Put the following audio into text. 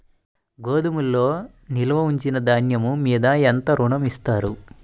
గోదాములో నిల్వ ఉంచిన ధాన్యము మీద ఎంత ఋణం ఇస్తారు?